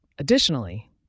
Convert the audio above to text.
Additionally